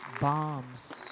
bombs